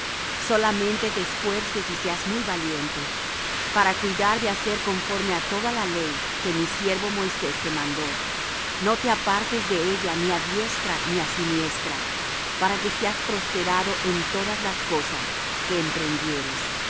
solamente te esfuerces y seas muy valiente para cuidar de hacer conforme á toda la ley que mi siervo moisés te mandó no te apartes de ella ni á diestra ni á siniestra para que seas prosperado en todas las cosas que emprendieres